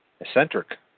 eccentric